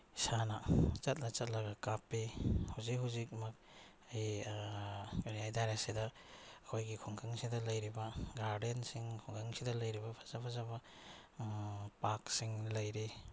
ꯏꯁꯥꯅ ꯆꯠꯂ ꯆꯠꯂꯒ ꯀꯥꯞꯄꯤ ꯍꯧꯖꯤꯛ ꯍꯧꯖꯤꯛꯃꯛ ꯑꯩ ꯀꯔꯤ ꯍꯥꯏꯇꯥꯔꯦ ꯁꯤꯗ ꯑꯩꯈꯣꯏꯒꯤ ꯈꯨꯡꯒꯪꯁꯤꯗ ꯂꯩꯔꯤꯕ ꯒꯥꯔꯗꯦꯟꯁꯤꯡ ꯈꯨꯡꯒꯪꯁꯤꯗ ꯂꯩꯔꯤꯕ ꯐꯖ ꯐꯖꯕ ꯄꯥꯔꯛꯁꯤꯡ ꯂꯩꯔꯤ